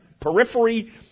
periphery